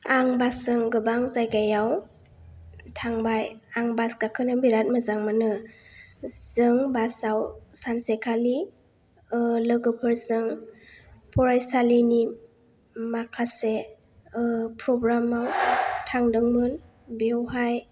आं बास जों गोबां जायगायाव थांबाय आं बास गाखोनो बिराद मोजां मोनो जों बास आव सानसेखालि लोगोफोरजों फरायसालिनि माखासे प्रग्राम आव थांदोंमोन बेवहाय